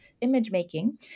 image-making